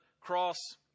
cross